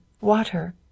water